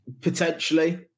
Potentially